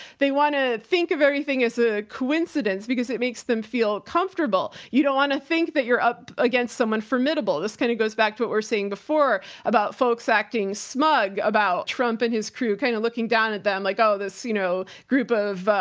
they want to think of everything as a coincidence because it makes them feel comfortable. you don't want to think that you're up against someone formidable. this kind of goes back to what we were saying before about folks acting smug about trump and his crew kind of looking down at them like, oh, this, you know, group of,